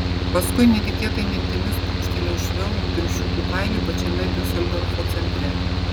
paskui netikėtai mintimis brūkštelėjau švelnų triušiukų kailį pačiame diuseldorfo centre